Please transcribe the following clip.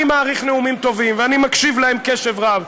אני מעריך נאומים טובים, ואני מקשיב להם קשב רב.